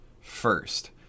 first